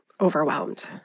overwhelmed